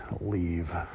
leave